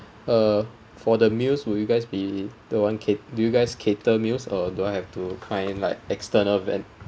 uh for the meals will you guys be the one cat~ do you guys cater meals or do I have to find like external ven~